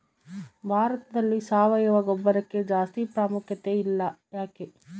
ಭಾರತದಲ್ಲಿ ಸಾವಯವ ಗೊಬ್ಬರಕ್ಕೆ ಜಾಸ್ತಿ ಪ್ರಾಮುಖ್ಯತೆ ಇಲ್ಲ ಯಾಕೆ?